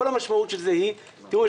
כל המשמעות של זה היא תראו,